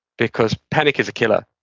because panic is a killer.